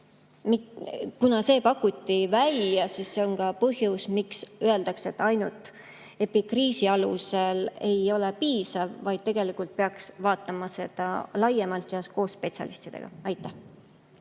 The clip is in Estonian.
kuna see pakuti välja, siis see on ka põhjus, miks öeldakse, et ainult epikriisi alusel [otsustamine] ei ole piisav, vaid tegelikult peaks vaatama seda laiemalt ja koos spetsialistidega. Aitäh!